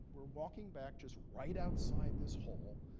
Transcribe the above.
we're walking back just right outside this hall,